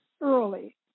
early